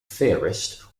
theorist